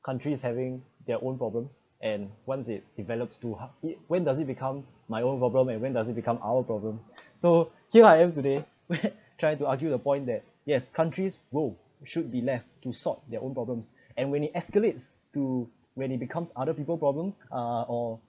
countries having their own problems and once it develops do ha when does it become my own problem and when does it become our problem so you are have today try to argue the point that yes countries !woo! should be left to solve their own problems and when it escalates to when it becomes other people problems uh or